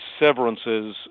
severances